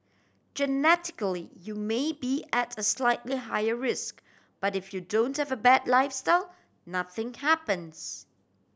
genetically you may be at a slightly higher risk but if you don't have a bad lifestyle nothing happens